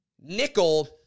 nickel